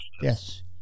Yes